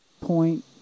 point